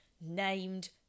named